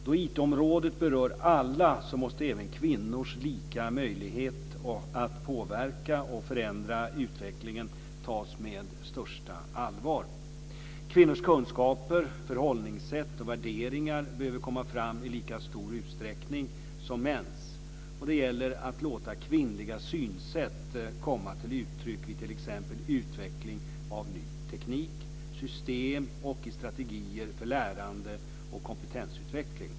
Då IT-området berör alla måste även kvinnors lika möjlighet att påverka och förändra utvecklingen tas med största allvar. Kvinnors kunskaper, förhållningssätt och värderingar behöver komma fram i lika stor utsträckning som mäns. Det gäller att låta kvinnliga synsätt komma till uttryck vid t.ex. utveckling av ny teknik, system och i strategier för lärande och kompetensutveckling.